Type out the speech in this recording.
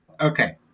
Okay